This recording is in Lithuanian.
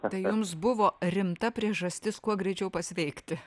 tai jums buvo rimta priežastis kuo greičiau pasveikti